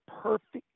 perfect